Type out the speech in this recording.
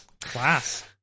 Class